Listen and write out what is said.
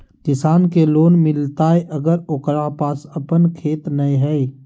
किसान के लोन मिलताय अगर ओकरा पास अपन खेत नय है?